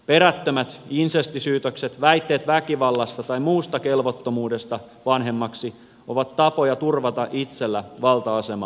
perättömät insestisyytökset ja väitteet väkivallasta tai muusta kelvottomuudesta vanhemmaksi ovat tapoja turvata itselle valta asema eron jälkeen